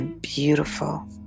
beautiful